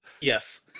Yes